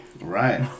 Right